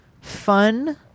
fun